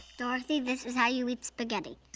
dorothy, this is how you eat spaghetti.